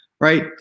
Right